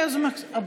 אז נצביע, חברים.